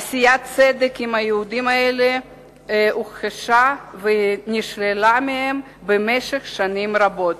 עשיית צדק עם היהודים האלה הוכחשה ונשללה מהם במשך שנים רבות.